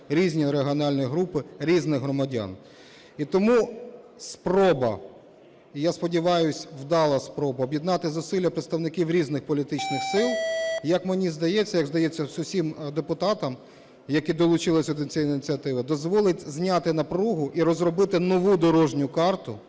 різні регіональні групи, різних громадян. І тому спроба, і, я сподіваюсь, вдала спроба об'єднати зусилля представників різних політичних сил, як мені здається, як здається всім депутатам, які долучилися до цієї ініціативи, дозволить зняти напругу і розробити нову дорожню карту,